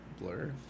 Blur